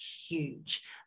huge